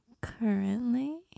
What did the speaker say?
Currently